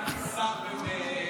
להלן: שר בממשלה.